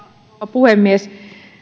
puhemies